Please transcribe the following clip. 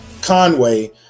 Conway